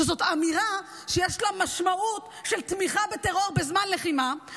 זאת אמירה שיש לה משמעות של תמיכה בטרור בזמן לחימה.